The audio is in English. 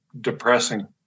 depressing